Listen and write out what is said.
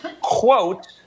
quote